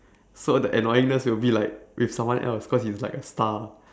so the annoyingness will be like with someone else cause he's like a star